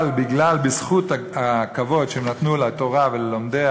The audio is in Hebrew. אבל בזכות הכבוד שהם נתנו לתורה וללומדיה